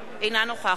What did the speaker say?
אינה נוכחת